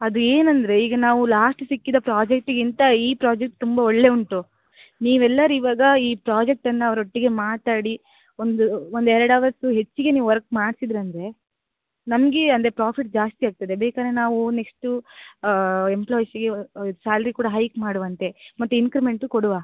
ಅದು ಏನಂದರೆ ಈಗ ನಾವು ಲಾಸ್ಟ್ ಸಿಕ್ಕಿದ ಪ್ರಾಜೆಕ್ಟ್ಗಿಂತ ಈ ಪ್ರಾಜೆಕ್ಟ್ ತುಂಬ ಒಳ್ಳೆಯ ಉಂಟು ನೀವೆಲ್ಲರು ಇವಾಗ ಈ ಪ್ರಾಜೆಕ್ಟನ್ನು ಅವರೊಟ್ಟಿಗೆ ಮಾತಾಡಿ ಒಂದು ಒಂದೆರಡು ಅವರ್ಸು ಹೆಚ್ಚಿಗೆ ನೀವು ವರ್ಕ್ ಮಾಡ್ಸಿದ್ರಿ ಅಂದರೆ ನಮ್ಗೆ ಅಂದರೆ ಪ್ರಾಫಿಟ್ ಜಾಸ್ತಿ ಆಗ್ತದೆ ಬೇಕಂದ್ರೆ ನಾವು ನೆಕ್ಶ್ಟು ಎಂಪ್ಲೋಯ್ಸಿಗೆ ಸ್ಯಾಲ್ರಿ ಕೂಡ ಹೈಕ್ ಮಾಡುವಂತೆ ಮತ್ತು ಇನ್ಕ್ರಿಮೆಂಟು ಕೊಡುವ